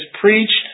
preached